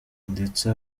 ndetse